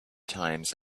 times